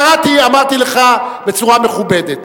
קראתי, אמרתי לך בצורה מכובדת.